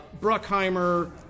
bruckheimer